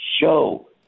show